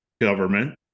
government